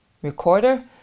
Recorder